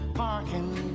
parking